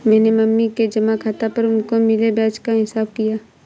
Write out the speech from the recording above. मैंने मम्मी के जमा खाता पर उनको मिले ब्याज का हिसाब किया